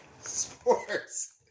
sports